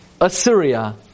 Assyria